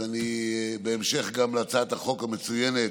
אז בהמשך להצעת החוק המצוינת